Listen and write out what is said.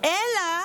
אלא